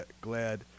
glad